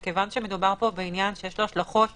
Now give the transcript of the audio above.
מכיוון שמדובר פה בעניין שיש לו השלכות